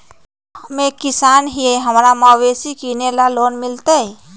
हम एक किसान हिए हमरा मवेसी किनैले लोन मिलतै?